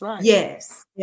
yes